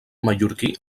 mallorquí